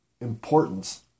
importance